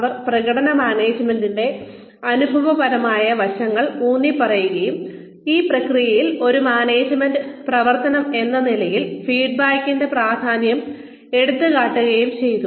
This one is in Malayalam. അവർ പ്രകടന മാനേജ്മെന്റിന്റെ അനുഭവപരമായ വശങ്ങൾ ഊന്നിപ്പറയുകയും ഈ പ്രക്രിയയിൽ ഒരു മാനേജ്മെന്റ് പ്രവർത്തനമെന്ന നിലയിൽ ഫീഡ്ബാക്കിന്റെ പ്രാധാന്യം എടുത്തുകാട്ടുകയും ചെയ്തു